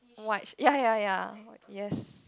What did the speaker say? white ya ya ya yes